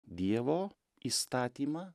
dievo įstatymą